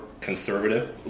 conservative